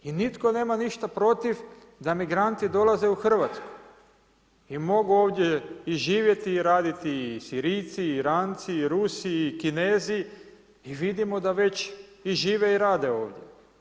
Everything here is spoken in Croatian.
I nitko nema ništa protiv da migranti dolaze u Hrvatsku i mogu ovdje i živjeti i raditi i Sirijci i Iranci i Rusi i Kinezi i vidimo da već i žive i rade ovdje.